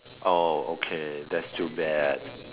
oh okay that's too bad